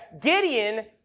Gideon